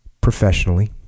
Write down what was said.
professionally